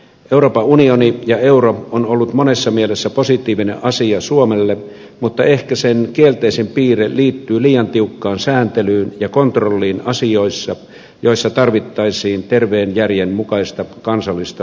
euroopan unioni ja euro ovat olleet monessa mielessä positiivinen asia suomelle mutta ehkä niiden kielteisin piirre liittyy liian tiukkaan sääntelyyn ja kontrolliin asioissa joissa tarvittaisiin terveen järjen mukaista kansallista liikkumavaraa